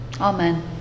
amen